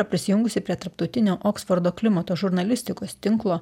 prisijungusi prie tarptautinio oksfordo klimato žurnalistikos tinklo